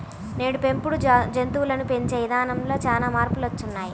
నేడు పెంపుడు జంతువులను పెంచే ఇదానంలో చానా మార్పులొచ్చినియ్యి